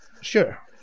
Sure